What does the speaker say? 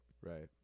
Right